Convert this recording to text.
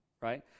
Right